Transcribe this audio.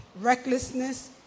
recklessness